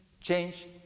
change